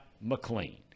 McLean